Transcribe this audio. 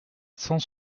cent